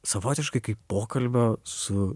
savotiškai kaip pokalbio su